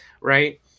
Right